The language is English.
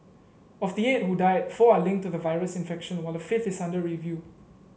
of the eight who died four are linked to the virus infection while a fifth is under review